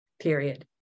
Period